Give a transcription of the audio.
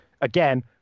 again